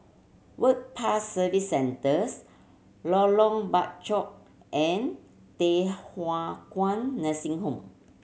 Work Pass Service Centres Lorong Bachok and Thye Hua Kwan Nursing Home